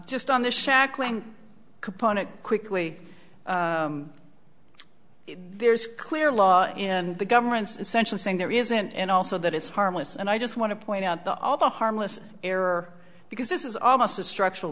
just on the shackling component quickly there is clear law and the government's essentially saying there isn't and also that it's harmless and i just want to point out to all the harmless error because this is almost a structural